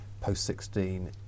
post-16